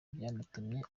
byanatumye